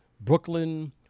Brooklyn